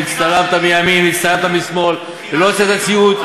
הצטלמת מימין והצטלמת משמאל ולא הוצאת ציוץ?